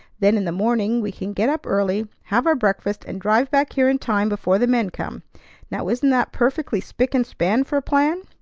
then in the morning we can get up early, have our breakfast, and drive back here in time before the men come. now isn't that perfectly spick-and-span for a plan?